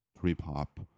trip-hop